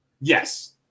Yes